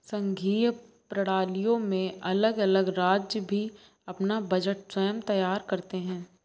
संघीय प्रणालियों में अलग अलग राज्य भी अपना बजट स्वयं तैयार करते हैं